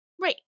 Right